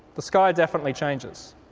the sky definitely changes.